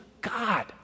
God